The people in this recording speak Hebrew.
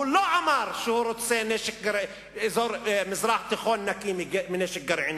הוא לא אמר שהוא רוצה מזרח תיכון נקי מנשק גרעיני,